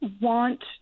want